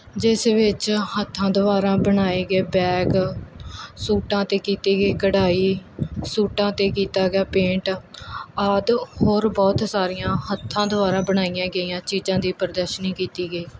ਜਿਸ ਵਿੱਚ ਹੱਥਾਂ ਦੁਆਰਾ ਬਣਾਏ ਗਏ ਬੈਗ ਸੂਟਾਂ 'ਤੇ ਕੀਤੀ ਗਈ ਕਢਾਈ ਸੂਟਾਂ 'ਤੇ ਕੀਤਾ ਗਿਆ ਪੇਂਟ ਆਦਿ ਹੋਰ ਬਹੁਤ ਸਾਰੀਆਂ ਹੱਥਾਂ ਦੁਆਰਾ ਬਣਾਈਆਂ ਗਈਆਂ ਚੀਜ਼ਾਂ ਦੀ ਪ੍ਰਦਰਸ਼ਨੀ ਕੀਤੀ ਗਈ